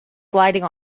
gliding